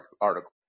article